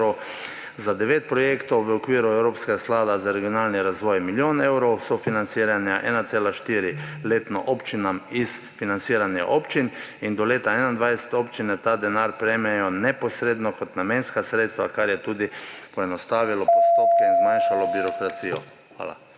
za 9 projektov v okviru evropskega sklada za regionalni razvoj – milijon evrov, sofinanciranje – 1,4 letno občinam iz financiranja občin. Do leta 2021 občine ta denar prejmejo neposredno kot namenska sredstva, kar je tudi poenostavilo postopke in zmanjšalo birokracijo. Hvala.